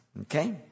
Okay